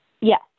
Yes